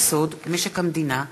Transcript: הצעת חוק-יסוד: משק המדינה (תיקון,